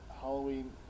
Halloween